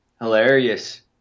Hilarious